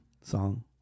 song